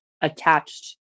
attached